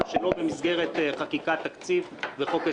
שלא במסגרת חקיקת תקציב וחוק ההסדרים.